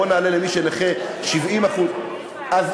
בוא נעלה למי שהוא נכה 70%. זה עדיין צריך לעבור ועדה.